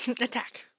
Attack